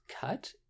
cut